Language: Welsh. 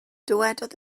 dywedodd